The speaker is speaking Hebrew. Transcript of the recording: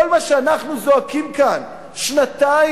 כל מה שאנחנו זועקים כאן שנתיים,